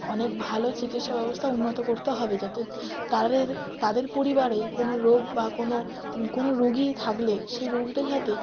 অনেক ভালো চিকিৎসা ব্যবস্থা উন্নত করতে হবে যাতে তাদের তাদের পরিবারে কোনো রোগ বা কোনো কোনো রোগী থাকলে সেই রোগীটা যাতে